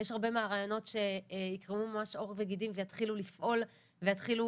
יש הרבה מהרעיונות שיקרמו ממש עור וגידים ויתחילו לפעול ויתחילו